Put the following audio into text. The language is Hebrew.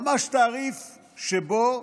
תעריף שבו